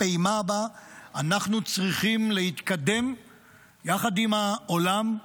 בפעימה הבאה, אנחנו צריכים להתקדם יחד עם העולם,